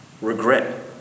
regret